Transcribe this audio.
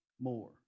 more